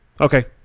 okay